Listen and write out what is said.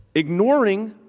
ignoring